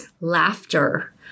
Laughter